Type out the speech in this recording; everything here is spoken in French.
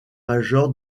major